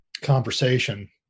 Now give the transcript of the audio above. conversation